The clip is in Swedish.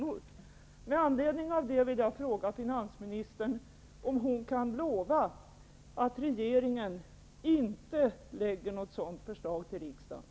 om året enligt